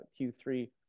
Q3